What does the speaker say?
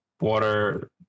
water